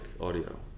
audio